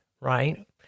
right